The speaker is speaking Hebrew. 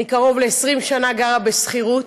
אני קרוב ל-20 שנה גרה בשכירות,